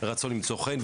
רצון למצוא חן,